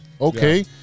Okay